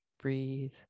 Breathe